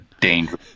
dangerous